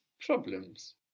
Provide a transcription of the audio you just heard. problems